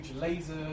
laser